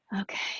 okay